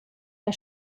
der